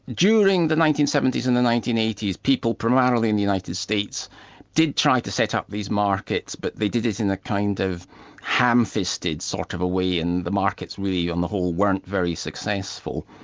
during the nineteen seventy s and the nineteen eighty s people primarily in the united states did try to set up these markets, but they did it in a kind of ham-fisted sort of a way, and the markets really on the whole weren't very successful.